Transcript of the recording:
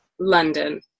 London